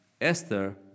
Esther